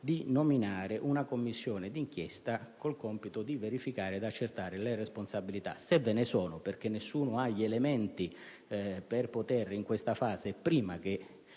di costituire una commissione d'inchiesta con il compito di verificare ed accertare le responsabilità, se ve ne sono, anche perché nessuno ha gli elementi per poterlo fare in questa fase preliminare